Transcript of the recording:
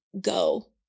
go